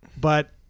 but-